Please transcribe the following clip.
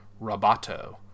Roboto